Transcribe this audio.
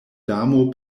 damo